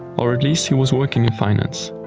or at least he was working in finance.